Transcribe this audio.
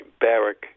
barrack